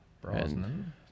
Brosnan